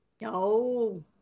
No